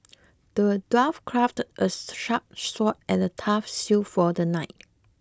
the dwarf crafted a sharp sword and a tough shield for the knight